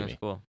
Cool